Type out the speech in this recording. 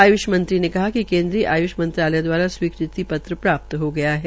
आय्ष मंत्री ने कहा कि इस संबंध केन्द्रीय आय्ष मंत्रालय द्वारा स्वीकृति पत्र प्राप्त हआ है